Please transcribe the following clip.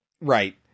Right